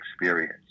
experience